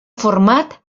format